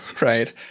right